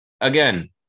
again